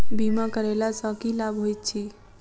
बीमा करैला सअ की लाभ होइत छी?